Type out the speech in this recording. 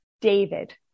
David